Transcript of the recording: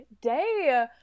day